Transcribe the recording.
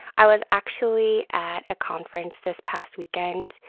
i was actually at a conference this past weekend.